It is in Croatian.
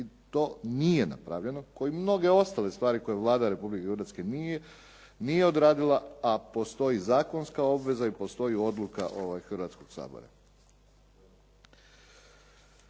I to nije napravljeno kao i mnoge ostale stvari koje Vlada Republike Hrvatske nije odradila, a postoji zakonska obveza i postoji odluka ovog Hrvatskog sabora.